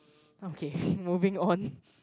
okay moving on